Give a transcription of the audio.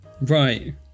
Right